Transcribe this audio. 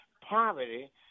poverty